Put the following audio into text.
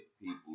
people